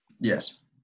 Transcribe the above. Yes